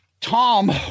Tom